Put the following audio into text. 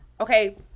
Okay